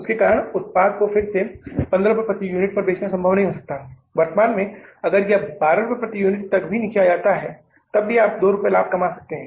उसके कारण उत्पाद को फिर से 15 रुपये प्रति यूनिट पर बेचना संभव नहीं हो सकता है वर्तमान में अगर यह 12 रुपये प्रति यूनिट तक भी नीचे आता है तब भी आप 2 रुपये का लाभ कमा रहे हैं